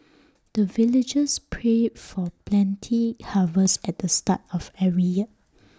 the villagers pray for plenty harvest at the start of every year